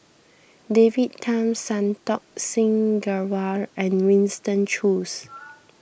David Tham Santokh Singh Grewal and Winston Choos